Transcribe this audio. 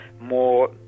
more